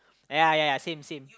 ya ya ya same same